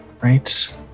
right